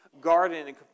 garden